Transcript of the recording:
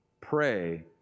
Pray